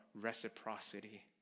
reciprocity